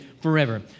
forever